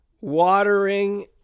watering